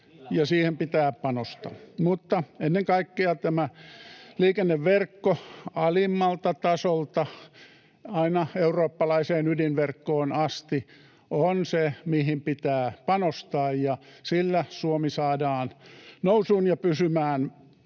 ja siihen pitää panostaa, mutta ennen kaikkea tämä liikenneverkko alimmalta tasolta aina eurooppalaiseen ydinverkkoon asti on se, mihin pitää panostaa, ja sillä Suomi saadaan nousuun ja saadaan